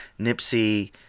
Nipsey